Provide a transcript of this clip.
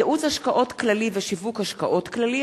(ייעוץ השקעות כללי ושיווק השקעות כללי),